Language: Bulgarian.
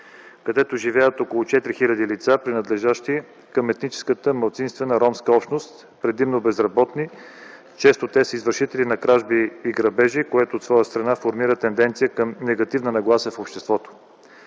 където живеят около 4000 лица, принадлежащи към етническата малцинствена ромска общност, предимно безработни. Често те са извършители на кражби и грабежи, което от своя страна формира тенденция към негативна нагласа в обществото.